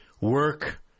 Work